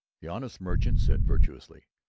the honest merchant said virtuously.